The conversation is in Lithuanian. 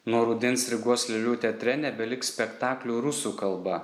nuo rudens rygos lėlių teatre nebeliks spektaklių rusų kalba